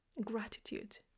gratitude